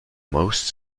most